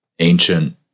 ancient